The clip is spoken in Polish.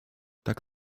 tak